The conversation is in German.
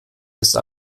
ist